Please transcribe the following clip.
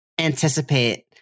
anticipate